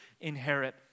inherit